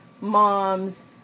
moms